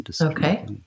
Okay